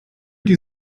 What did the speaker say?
die